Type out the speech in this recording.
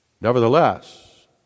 Nevertheless